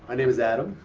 and name is adam.